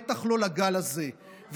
בטח לא לגל הזה,